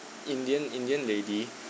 indian indian lady